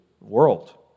world